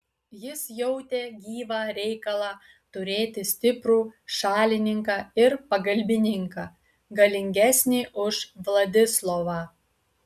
jis jautė gyvą reikalą turėti stiprų šalininką ir pagalbininką galingesnį už vladislovą